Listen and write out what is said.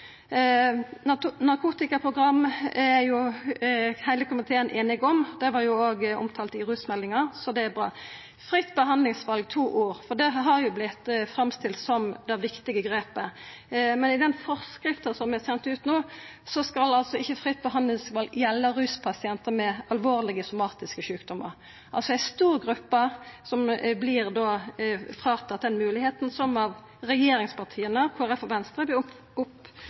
er heile komiteen einig om. Det var òg omtalt i rusmeldinga, så det er bra. Fritt behandlingsval, to år, har jo vorte framstilt som det viktige grepet, men i den forskrifta som er send ut no, skal ikkje fritt behandlingsval gjelda ruspasientar med alvorlege somatiske sjukdomar, ei stor gruppe vert altså fråteken den moglegheita som regjeringspartia, Kristeleg Folkeparti og Venstre